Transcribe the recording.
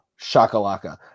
shakalaka